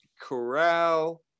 Corral